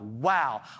wow